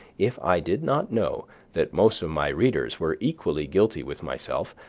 if i did not know that most of my readers were equally guilty with myself,